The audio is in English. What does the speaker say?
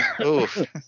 Oof